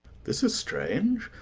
this is strange!